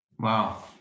Wow